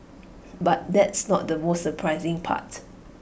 but that's not the most surprising part